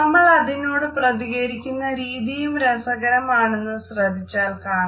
നമ്മൾ അതിനോട് പ്രതികരിക്കുന്ന രീതിയും രസകരമാണെന്ന് ശ്രദ്ധിച്ചാൽ കാണാം